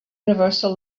universal